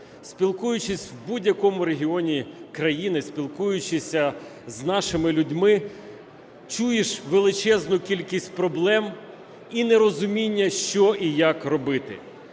Спілкуючись в будь-якому регіоні країни, спілкуючись з нашими людьми, чуєш величезну кількість проблем і нерозуміння що і як робити.